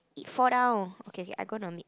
fall down okay okay I'm gonna make